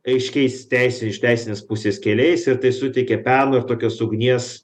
aiškiais teisę iš teisinės pusės keliais ir tai suteikia peno ir tokios ugnies